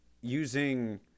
using